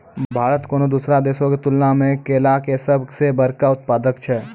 भारत कोनो दोसरो देशो के तुलना मे केला के सभ से बड़का उत्पादक छै